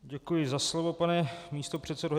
Děkuji za slovo, pane místopředsedo.